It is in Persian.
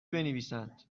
بنویسند